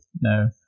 no